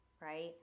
right